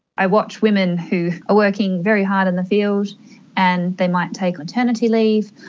i watch women who are working very hard in the field and they might take maternity leave,